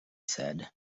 said